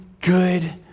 good